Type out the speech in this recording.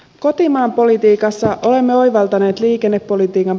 kotimaan politiikassa olemme oivaltaneet liikennepolitiikan